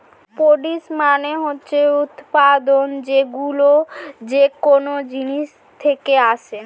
produce মানে হচ্ছে উৎপাদন, যেইগুলো যেকোন জিনিস থেকে আসে